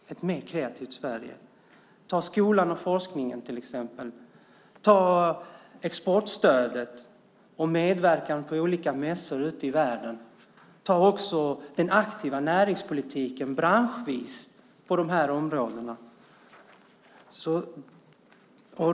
Ta skolan och forskningen till exempel! Ta exportstödet och medverkan på olika mässor ute i världen! Ta också den aktiva näringspolitiken branschvis på de här områdena!